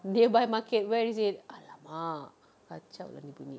nearby market where is it !alamak! kacau lah ni bu~ ni